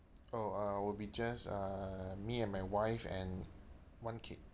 oh uh will be just uh me and my wife and one kid